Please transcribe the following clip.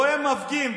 רואה מפגין,